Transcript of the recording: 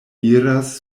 iras